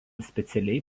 specialiai